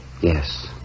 Yes